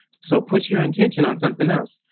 so put your intention on something else.